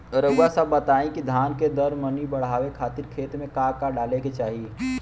रउआ सभ बताई कि धान के दर मनी बड़ावे खातिर खेत में का का डाले के चाही?